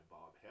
Bob